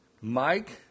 Mike